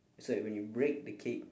so that when you break the cake